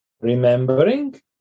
Remembering